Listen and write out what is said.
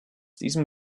diesem